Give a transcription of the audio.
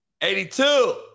82